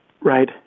Right